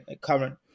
current